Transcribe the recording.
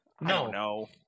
No